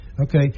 Okay